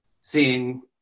seeing